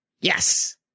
Yes